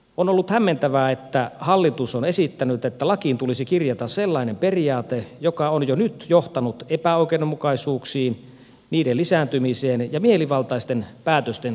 on ollut hämmentävää että hallitus on esittänyt että lakiin tulisi kirjata sellainen periaate joka on jo nyt johtanut epäoikeudenmukaisuuksiin niiden lisääntymiseen ja mielivaltaisten päätösten tekemiseen